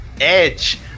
EDGE